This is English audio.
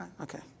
Okay